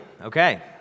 Okay